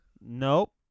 nope